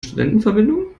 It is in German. studentenverbindung